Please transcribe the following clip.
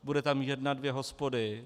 Bude tam jedna, dvě hospody.